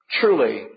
Truly